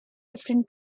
different